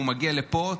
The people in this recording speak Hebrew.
הוא מגיע לפה,